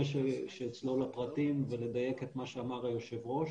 שאצלול לפרטים ולדייק את מה שאמר היושב ראש,